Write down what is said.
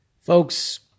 Folks